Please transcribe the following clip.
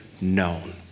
known